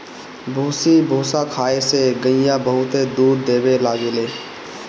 भूसी भूसा खाए से गईया बहुते दूध देवे लागेले